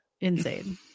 insane